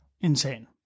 insane